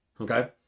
Okay